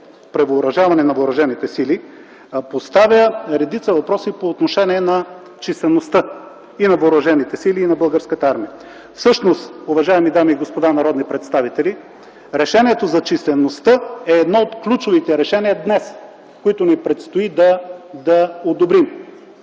превъоръжаване на въоръжените сили, поставя редица въпроси по отношение на числеността и на въоръжените сили, и на Българската армия. Всъщност, уважаеми дами и господа народни представители, решението за числеността е една от ключовите решения днес, които ни предстои да одобрим.